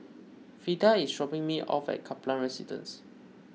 Frida is dropping me off at Kaplan Residence